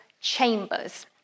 chambers